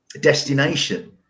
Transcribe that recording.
destination